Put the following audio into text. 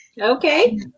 Okay